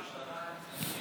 בשנתיים?